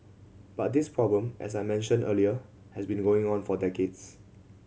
but this problem as I mentioned earlier has been going on for decades